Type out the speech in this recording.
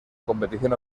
competición